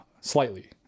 slightly